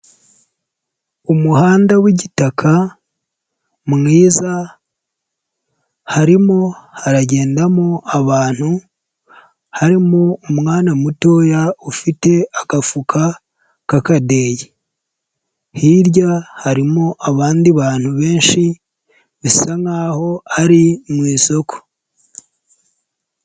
Umuhanda w'igitaka mwiza harimo haragendamo abantu harimo umwana mutoya ufite agafuka k'akadeyi, hirya harimo abandi bantu benshi bisa nkaho ari mu isoko.